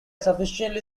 sufficiently